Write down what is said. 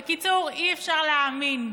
בקיצור, אי-אפשר להאמין.